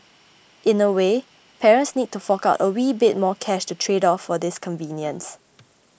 in a way parents need to fork out a wee bit more cash to trade off for this convenience